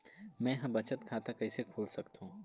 मै ह बचत खाता कइसे खोल सकथों?